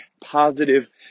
positive